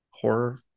horror